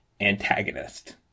antagonist